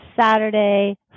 Saturday